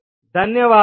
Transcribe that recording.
ధన్యవాదాలు